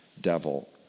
devil